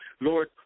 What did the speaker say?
Lord